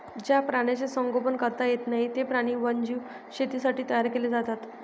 ज्या प्राण्यांचे संगोपन करता येत नाही, ते प्राणी वन्यजीव शेतीसाठी तयार केले जातात